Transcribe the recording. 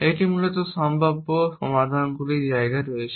এটি মূলত সম্ভাব্য সমাধানের জায়গায় রয়েছে